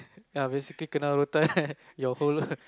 ya basically kenna your whole